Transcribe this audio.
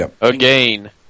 Again